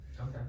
Okay